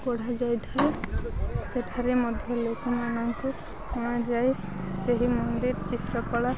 କଢ଼ାଯାଇ ଥାଏ ସେଠାରେ ମଧ୍ୟ ଲୋକମାନଙ୍କୁ ଅଣା ଯାଏ ସେହି ମନ୍ଦିର ଚିତ୍ରକଳା